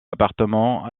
appartement